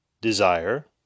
desire